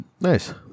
Nice